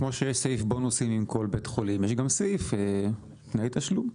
כמו שיש סעיף בונוסים עם כל בית חולים יש גם סעיף תנאי תשלום.